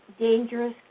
dangerous